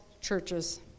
churches